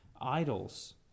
idols